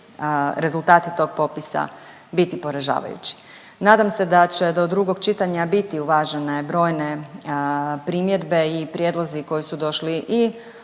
rezultati tog popisa biti poražavajući. Nadam se da će do drugog čitanja biti uvažene brojne primjedbe i prijedlozi koji su došli i od